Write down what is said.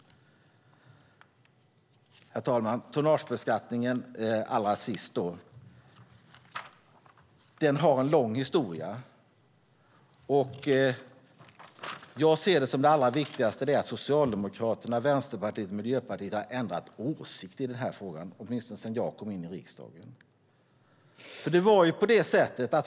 Herr talman! Allra sist kommer jag till tonnagebeskattningen. Den har en lång historia. Jag ser det som det allra viktigaste att Socialdemokraterna, Vänsterpartiet och Miljöpartiet har ändrat åsikt i frågan, åtminstone sedan jag kom in i riksdagen.